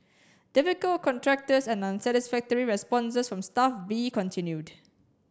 difficult contractors and unsatisfactory responses from Staff B continued